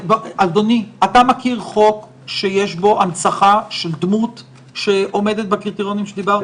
אתה מכיר חוק שיש בו הנצחה של דמות שעומדת בקריטריונים שדברת